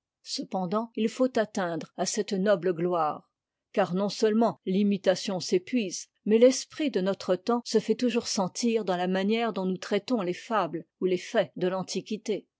cependant il faut atteindre à cette noble gloire car non-seulement l'imitation s'épuise mais l'esprit de notre temps se fait toujours sentir dans la manière dont nous traitons les fables ou les faits de l'antiquité